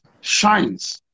shines